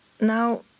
now